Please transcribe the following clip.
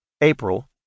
April